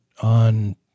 on